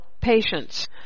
patients